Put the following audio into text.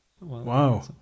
Wow